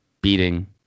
beating